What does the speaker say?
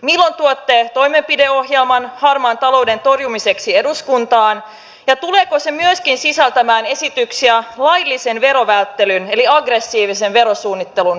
milloin tuotte toimenpideohjelman harmaan talouden torjumiseksi eduskuntaan ja tuleeko se myöskin sisältämään esityksiä laillisen verovälttelyn eli aggressiivisen verosuunnittelun suitsimiseksi